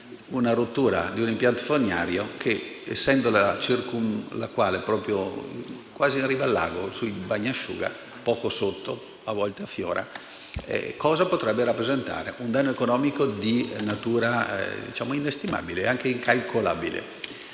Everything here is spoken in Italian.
la rottura di un impianto fognario circumlacuale che è quasi in riva al lago, sul bagnasciuga, poco sotto e a volte affiora. Cosa potrebbe rappresentare? Un danno economico di natura inestimabile, incalcolabile.